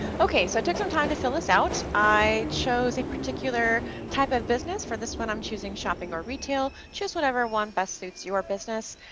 okay, so i took some time to fill this out, i chose a particular type of business, for this one i'm choosing shopping or retail, choose whatever one best suits your business,